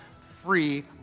free